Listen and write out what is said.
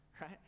right